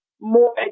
more